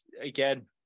again